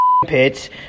pits